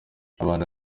abana